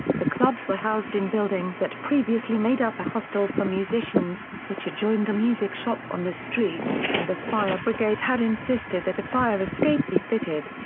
the clubs were housed in buildings that previously made up a hostel for musicians, which adjoined a music shop on the street, and the fire brigade had insisted that a fire escape be fitted.